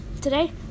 today